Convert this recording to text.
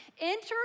enter